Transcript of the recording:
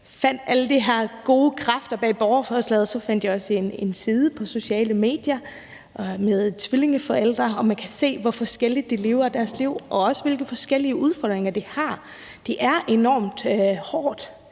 med alle de her gode kræfter bag borgerforslaget en side på sociale medier om tvillingeforældre, og man kan se, hvor forskelligt de lever deres liv, og også hvilke forskellige udfordringer de har. Det er enormt hårdt